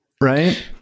right